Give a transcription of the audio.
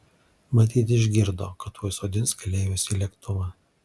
matyt išgirdo kad tuoj sodins keleivius į lėktuvą